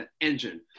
engine